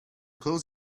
close